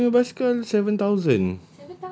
abang jo punya basikal seven thousand